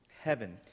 heaven